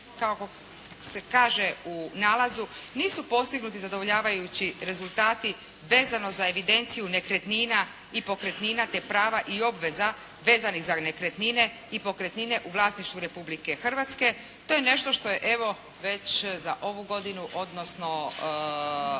kako se kaže u nalazu nisu postignuti zadovoljavajući rezultati vezano za evidenciju nekretnina i pokretnina te prava i obveza vezanih za nekretnine i pokretnine u vlasništvu Republike Hrvatske, to je nešto što je evo, već za ovu godinu odnosno